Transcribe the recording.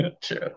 true